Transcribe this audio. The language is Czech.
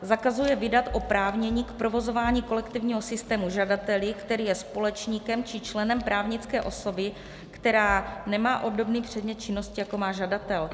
Zakazuje vydat oprávnění k provozování kolektivního systému žadateli, který je společníkem či členem právnické osoby, která nemá obdobný předmět činnosti, jako má žadatel.